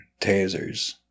tasers